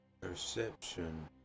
Perception